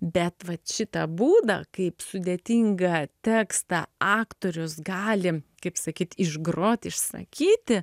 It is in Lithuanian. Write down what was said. bet vat šitą būdą kaip sudėtingą tekstą aktorius gali kaip sakyt išgrot išsakyti